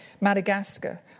Madagascar